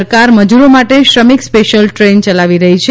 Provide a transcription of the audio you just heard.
સરકાર મજૂરો માટે શ્રમિક સોશિયલ દ્રેન યલાવી રહી છે